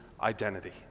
identity